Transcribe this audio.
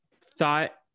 thought